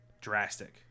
drastic